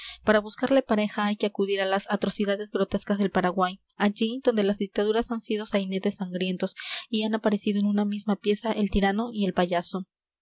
para buscarle pareja hay que acudir a las atrocidades grotescas del paraguay allí donde las dictaduras han sido sainetes sangrientos y han aparecido en una misma pieza el tirano y el payaso